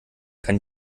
kann